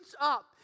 up